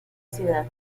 ciudad